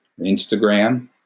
Instagram